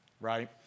right